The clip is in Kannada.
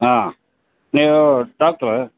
ಹಾಂ ನೀವು ಡಾಕ್ಟ್ರ್